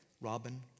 Robin